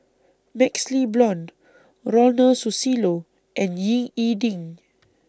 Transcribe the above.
Max Le Blond Ronald Susilo and Ying E Ding